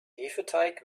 hefeteig